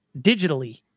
digitally